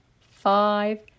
five